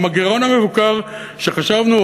גם הגירעון המבוקר שחשבנו,